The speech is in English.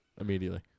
Immediately